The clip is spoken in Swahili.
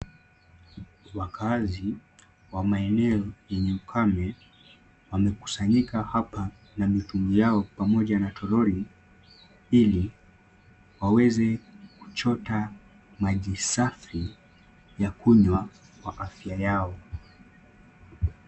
Wakazi wa maeneo yenye ukame, wamekusanyika hapa na mitungi yao pamoja na toroli, ili waweze kuchota maji safi ya kunywa kwa afya yao.